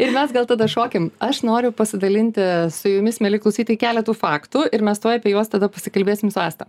ir mes gal tada šokim aš noriu pasidalinti su jumis mieli klausytojai keletu faktų ir mes tuoj apie juos tada pasikalbėsim su asta